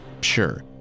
sure